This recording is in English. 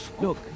look